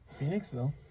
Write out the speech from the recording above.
Phoenixville